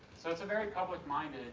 so it's a very public-minded